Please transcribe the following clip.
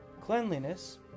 cleanliness